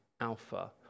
alpha